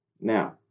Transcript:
Now